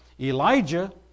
Elijah